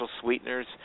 sweeteners